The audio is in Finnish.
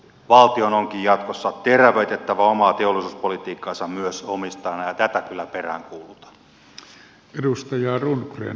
valtion onkin jatkossa terävöitettävä omaa teollisuuspolitiikkaansa myös omistajana ja tätä kyllä peräänkuulutan